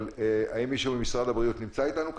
אבל, האם מישהו ממשרד הבריאות נמצא איתנו כאן?